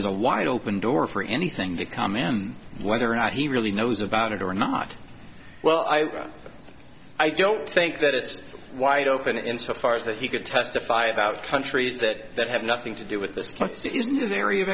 is a wide open door for anything to come in whether or not he really knows about it or not well i i don't think that it's wide open insofar as that he could testify about countries that have nothing to do with th